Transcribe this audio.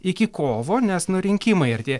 iki kovo nes nu rinkimai artėja